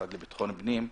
המשרד לביטחון פנים.